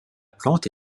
plante